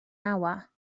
hour